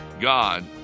God